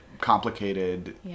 complicated